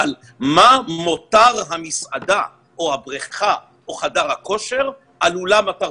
אבל מה מותר המסעדה או הבריכה או חדר הכושר על עולם התרבות?